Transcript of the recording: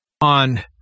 on